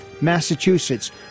Massachusetts